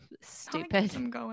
Stupid